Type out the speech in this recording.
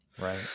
right